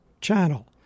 channel